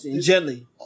Gently